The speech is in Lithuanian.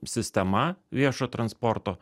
sistema viešojo transporto